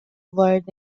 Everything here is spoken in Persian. وارد